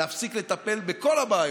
להפסיק לטפל בכל הבעיות,